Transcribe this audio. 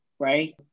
Right